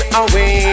away